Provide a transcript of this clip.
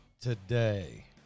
today